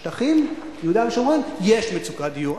בשטחים, ביהודה ושומרון, יש מצוקת דיור.